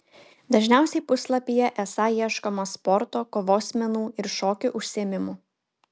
dažniausiai puslapyje esą ieškoma sporto kovos menų ir šokių užsiėmimų